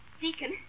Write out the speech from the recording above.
Deacon